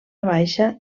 baixa